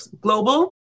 Global